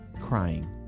crying